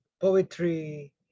poetry